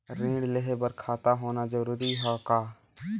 ऋण लेहे बर खाता होना जरूरी ह का?